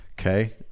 okay